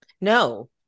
No